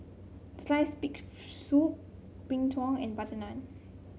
sliced big soup Png Tao and butter naan